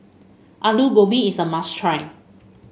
Alu Gobi is a must try